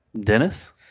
dennis